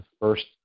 first